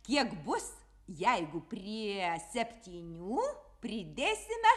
kiek bus jeigu prie septynių pridėsime